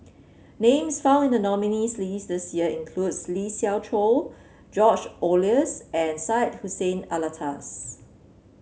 names found in the nominees' list this year include Lee Siew Choh George Oehlers and Syed Hussein Alatas